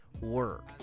work